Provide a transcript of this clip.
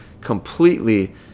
completely